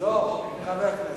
אדוני היושב-ראש,